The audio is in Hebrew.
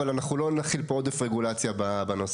אבל אנחנו לא נחיל פה עודף רגולציה בנושא.